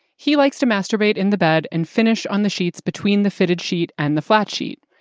he likes to masturbate in the bed and finish on the sheets between the fitted sheet and the flat sheet.